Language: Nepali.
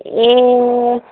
ए